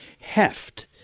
heft